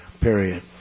period